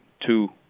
Two